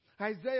Isaiah